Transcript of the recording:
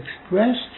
expressed